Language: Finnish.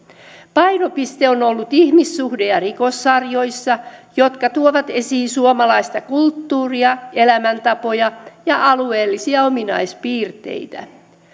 painopiste on ollut ihmissuhde ja rikossarjoissa jotka tuovat esiin suomalaista kulttuuria elämäntapoja ja alueellisia ominaispiirteitä